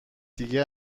دیگه